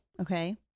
okay